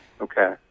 Okay